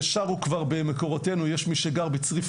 כבר שרו במקורותינו: "יש מי שגר בצריף